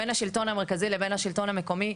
בין השלטון המרכזי לבין השלטון המקומי,